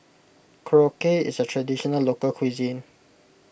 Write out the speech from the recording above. Korokke is a Traditional Local Cuisine